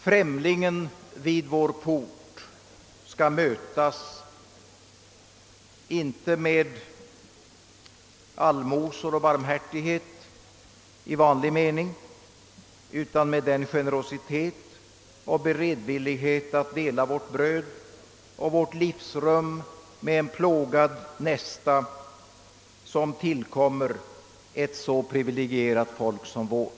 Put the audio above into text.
Främlingen vid vår port skall mötas inte med allmosor och barmhärtighet i vanlig mening utan med den generositet och beredvillighet att dela vårt bröd och vårt livsrum med en plågad nästa som tillkommer ett så privilegierat folk som vårt.